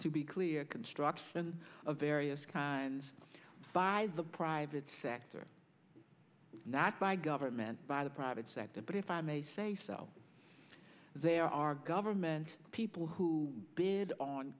to be clear construction of various kinds of five the private sector not by government by the private sector but if i may say so there are governments people who bid on